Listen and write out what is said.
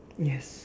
yes